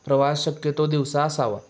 प्रवास शक्यतो दिवसा असावा